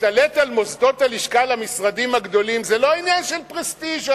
להשתלט על מוסדות הלשכה למשרדים הגדולים זה לא עניין של פרסטיז'ה,